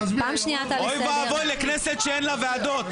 אוי ואבוי לכנסת שאין לה ועדות.